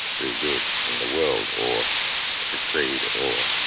do good in the world, or succeed or,